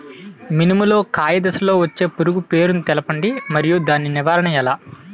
మినుము లో కాయ దశలో వచ్చే పురుగు పేరును తెలపండి? మరియు దాని నివారణ ఎలా?